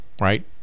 right